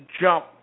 jump